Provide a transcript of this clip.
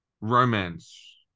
romance